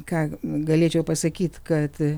ką galėčiau pasakyti kad